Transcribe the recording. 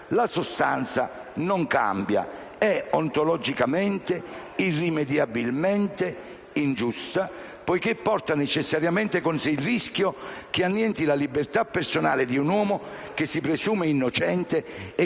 trovare - non cambia. È ontologicamente ed irrimediabilmente ingiusta, poiché porta necessariamente con sé il rischio di annientare la libertà personale di un uomo, che si presume innocente e che, con percentuali